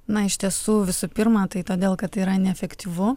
na iš tiesų visų pirma tai todėl kad tai yra neefektyvu